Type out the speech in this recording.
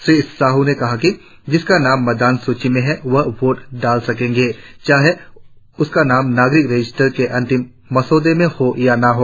श्री साहू ने कहा कि जिसका नाम मतदाता सूची में होगा वह वोट डाल सकेगा चाहे उसका नाम नागरिक रजिस्टर के अंतिम मसौदे में हो या न हो